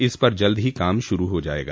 इस पर जल्द ही काम श्रू हो जायेगा